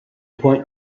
point